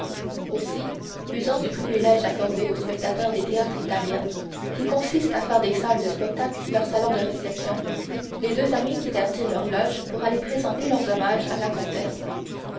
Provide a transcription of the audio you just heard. aussi usant du privilège accordé aux spectateurs des théâtres italiens qui consiste à faire des salles de spectacle leurs salons de réception les deux amis quittèrent ils leur loge pour aller présenter leurs hommages à la comtesse